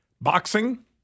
Boxing